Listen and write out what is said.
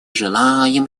желаем